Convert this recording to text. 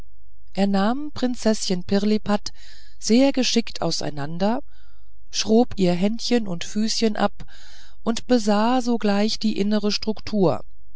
er nahm prinzeßchen pirlipat sehr geschickt auseinander schrob ihr händchen und füßchen ab und besah sogleich die innere struktur